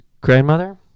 Grandmother